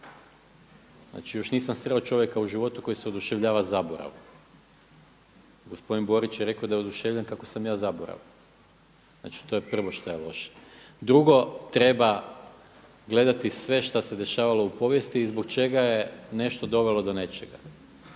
Znači još nisam sreo čovjeka u životu koji se oduševljava zaboravom. Gospodin Borić je rekao da je oduševljen kako sam ja zaboravan. Znači to je prvo šta je loše. Drugo, treba gledati sve što se dešavalo u povijesti i zbog čega je nešto dovelo do nečega.